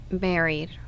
married